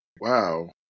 wow